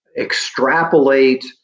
extrapolate